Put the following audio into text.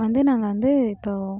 வந்து நாங்கள் வந்து இப்போது